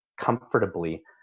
comfortably